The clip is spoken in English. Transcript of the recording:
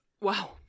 Wow